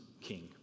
king